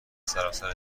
سراسر